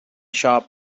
shop